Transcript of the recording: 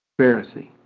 pharisee